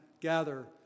gather